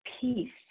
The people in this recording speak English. peace